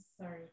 Sorry